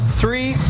three